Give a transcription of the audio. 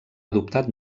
adoptat